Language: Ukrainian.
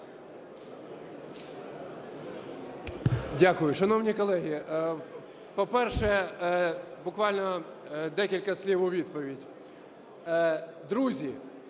Дякую. Шановні колеги, по-перше, буквально декілька слів у відповідь. Друзі,